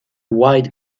white